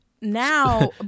now